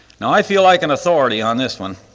now i feel like an authority on this one,